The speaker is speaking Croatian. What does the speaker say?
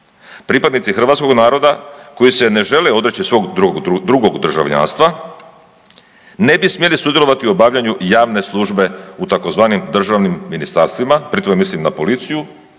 Pripadnici hrvatskog naroda koji se ne žele odreći svog drugog državljanstva ne bi smjeli sudjelovati u obavljanju javne službe u tzv. državnim ministarstvima, pri tome mislim na policiju,